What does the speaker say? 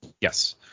Yes